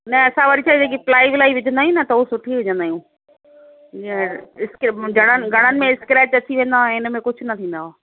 न असां वरी छा आहे जेकी प्लाई व्लाई विझंदा आहियूं न त हूअ सुठी विझंदा आहियूं जीअं स्केप घणनि घणनि में स्क्रैच अची वेंदो आहे ऐं हिन में कुझु न थींदव